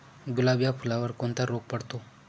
गुलाब या फुलावर कोणता रोग पडतो?